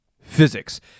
Physics